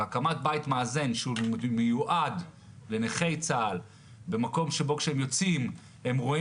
והקמת בית מאזן שמיועד לנכי צה"ל במקום שבו כשהם יוצאים הם רואים